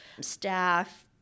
staff